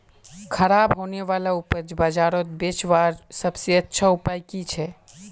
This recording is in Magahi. ख़राब होने वाला उपज बजारोत बेचावार सबसे अच्छा उपाय कि छे?